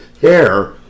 hair